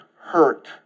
hurt